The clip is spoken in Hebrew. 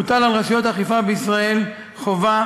מוטלת על רשויות האכיפה בישראל חובה